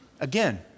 Again